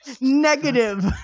Negative